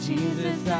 Jesus